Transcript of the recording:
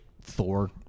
thor